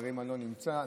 השרים לא נמצאים,